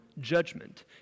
judgment